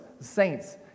Saints